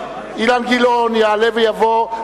אילן גילאון יעלה ויבוא,